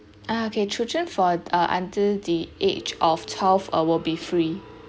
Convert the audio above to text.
ah okay children for a uh under the age of twelve uh will be free